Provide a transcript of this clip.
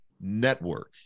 network